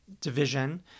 division